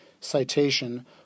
citation